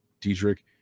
Diedrich